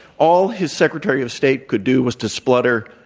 all his secretary of state could do was to splutter,